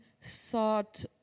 sought